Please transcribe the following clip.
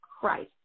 Christ